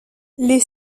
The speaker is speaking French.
les